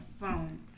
phone